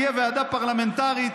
תהיה ועדה פרלמנטרית,